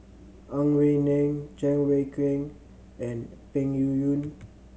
Ang Wei Neng Cheng Wai Keung and Peng Yuyun